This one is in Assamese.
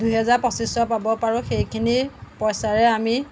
দুই হেজাৰ পঁচিছশ পাব পাৰোঁ সেইখিনি পইচাৰে আমি